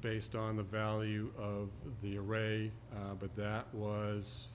based on the value of the array but that was